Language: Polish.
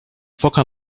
foka